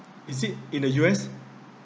is it in the U_S